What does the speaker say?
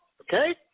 Okay